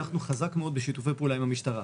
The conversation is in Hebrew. הלכנו חזק מאוד בשיתופי פעולה עם המשטרה: